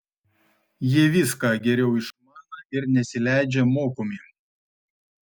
jie viską geriau išmaną ir nesileidžią mokomi